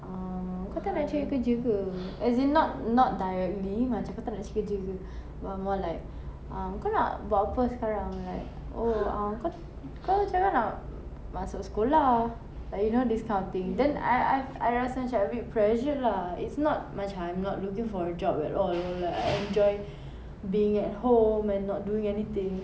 ah kau tak nak cari kerja ke as in not not directly macam kau tak nak cari kerja but more like um kau nak buat apa sekarang like oh uh kau kau sekarang nak masuk sekolah like you know this kind of thing then I I've I rasa macam a bit pressured lah it's not macam I'm not looking for a job all like I enjoy being at home and not doing anything